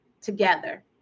together